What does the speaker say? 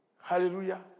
Hallelujah